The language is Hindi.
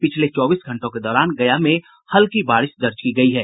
पिछले चौबीस घंटों के दौरान गया में हल्की बारिश दर्ज की गयी है